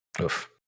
Oof